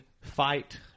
fight